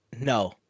No